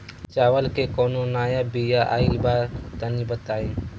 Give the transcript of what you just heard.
चावल के कउनो नया बिया आइल बा तनि बताइ?